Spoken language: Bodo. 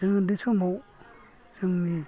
जों ओनदै समाव जोंनि